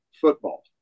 football